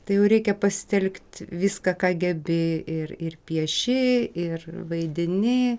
tai jau reikia pasitelkt viską ką gebi ir ir pieši ir vaidini